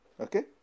Okay